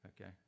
Okay